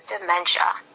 dementia